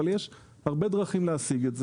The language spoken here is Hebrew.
אבל יש הרבה דרכים להשיג את זה.